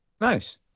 Nice